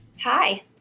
Hi